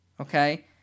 Okay